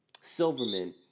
Silverman